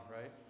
right